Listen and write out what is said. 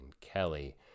kelly